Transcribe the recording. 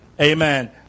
Amen